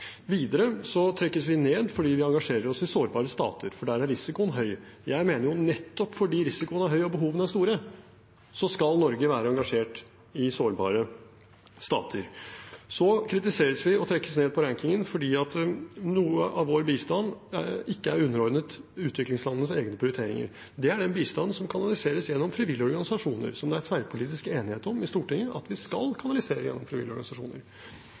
trekkes vi ned fordi vi engasjerer oss i sårbare stater, for der er risikoen høy. Jeg mener at nettopp fordi risikoen er høy og behovene er store, skal Norge være engasjert i sårbare stater. Så kritiseres vi og trekkes ned på rankingen fordi noe av vår bistand ikke er underordnet utviklingslandenes egne prioriteringer. Det er den bistanden som kanaliseres gjennom frivillige organisasjoner, som det er tverrpolitisk enighet om i Stortinget at vi skal kanalisere gjennom frivillige organisasjoner.